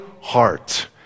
Heart